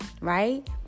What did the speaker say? right